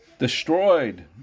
Destroyed